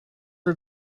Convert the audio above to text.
are